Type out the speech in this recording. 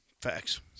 Facts